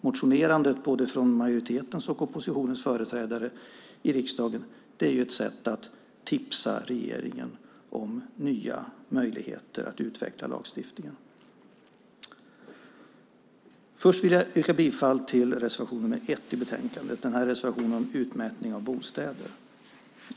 Motionerandet, både från majoritetens och oppositionens företrädare, i riksdagen är ett sätt att tipsa regeringen om nya möjligheter att utveckla lagstiftningen. Jag vill först yrka bifall till reservation 1 i betänkandet, reservationen om utmätning av bostäder.